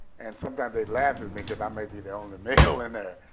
and sometimes they'd laugh at me cause i may be the only male in there.